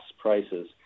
prices